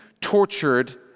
tortured